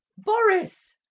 boris!